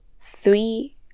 three